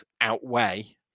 outweigh